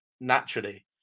naturally